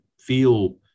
feel